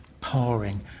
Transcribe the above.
pouring